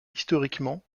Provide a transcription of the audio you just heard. historiquement